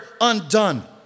undone